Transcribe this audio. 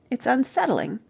it's unsettling.